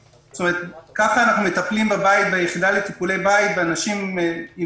כך אנחנו מטפלים ביחידה לטיפול בית באנשים עם